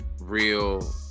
real